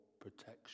protection